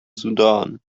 sudan